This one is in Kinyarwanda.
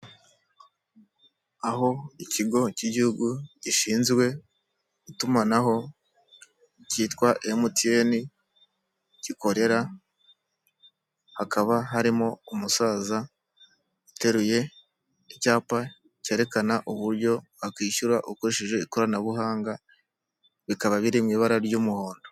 Aho ikigo cy'igihugu gishinzwe itumanaho cyitwa emutiyeni gikorera; hakaba harimo umusaza uteruye icyapa cyerekana uburyo wakwishyura ukoresheje ikoranabuhanga; bikaba biri mu ibara ry'umuhondo.